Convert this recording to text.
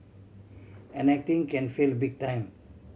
and acting can fail big time